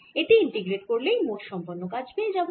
এটি ইন্টিগ্রেট করলেই মোট সম্পন্ন কাজ পেয়ে যাবো